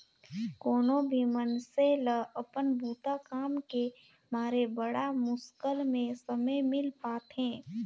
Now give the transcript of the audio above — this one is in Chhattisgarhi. कोनो भी मइनसे ल अपन बूता काम के मारे बड़ा मुस्कुल में समे मिल पाथें